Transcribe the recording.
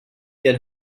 get